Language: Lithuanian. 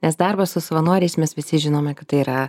nes darbas su savanoriais mes visi žinome kad tai yra